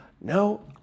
No